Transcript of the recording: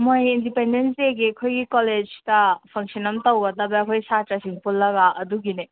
ꯃꯣꯏ ꯏꯟꯗꯤꯄꯦꯟꯗꯦꯟꯁ ꯗꯦꯒꯤ ꯑꯩꯈꯣꯏꯒꯤ ꯀꯣꯂꯦꯖꯗ ꯐꯪꯁꯟ ꯑꯃ ꯇꯧꯒꯗꯕꯗ ꯑꯩꯈꯣꯏ ꯁꯥꯇ꯭ꯔꯥꯁꯤꯡ ꯄꯨꯜꯂꯒ ꯑꯗꯨꯒꯤꯅꯦ